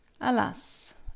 alas